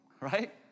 Right